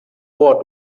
bor